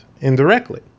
indirectly